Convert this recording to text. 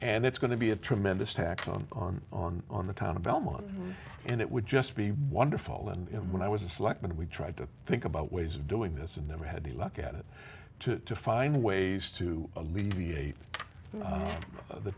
and it's going to be a tremendous tax on on on on the town of belmont and it would just be wonderful and you know when i was a selectman we tried to think about ways of doing this and never had to look at it to find ways to alleviate the